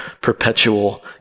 perpetual